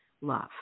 love